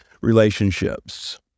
relationships